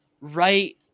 right